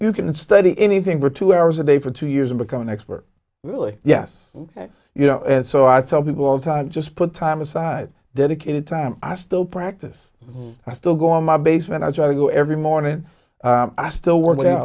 you can study anything for two hours a day for two years and become an expert really yes you know and so i tell people all the time just put time aside dedicated time i still practice i still go in my basement i go every morning i still work without